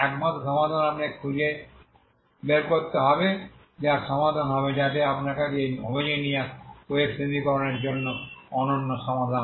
একমাত্র সমাধান আপনাকে খুঁজে বের করতে হবে যার সমাধান হবে যাতে আপনার কাছে এই হোমোজেনিয়াস ওয়েভ সমীকরণের জন্য অনন্য সমাধান